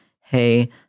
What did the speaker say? hey